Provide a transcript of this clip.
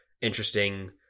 interesting